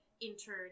intern